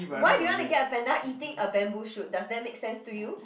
why do you want to get a panda eating a bamboo shoot does that make sense to you